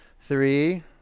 Three